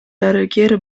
дарыгер